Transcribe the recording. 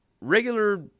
regular